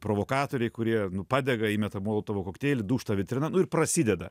provokatoriai kurie nu padega įmeta molotovo kokteilį dūžta vitrina nu ir prasideda